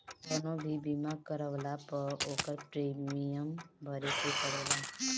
कवनो भी बीमा करवला पअ ओकर प्रीमियम भरे के पड़ेला